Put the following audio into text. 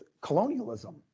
colonialism